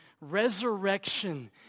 Resurrection